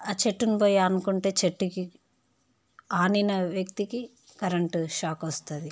ఆ చెట్టును పోయి అనుకుంటే చెట్టుకి ఆనిన వ్యక్తికి కరెంటు షాక్ వస్తుంది